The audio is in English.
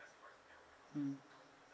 mm